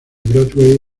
broadway